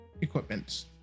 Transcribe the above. equipment